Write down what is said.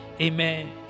amen